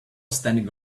standing